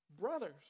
brothers